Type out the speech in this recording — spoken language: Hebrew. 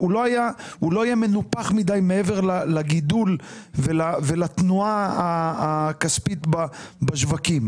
הוא לא יהיה מנופח מדי מעבר לגידול ולתנועה הכספית בשווקים.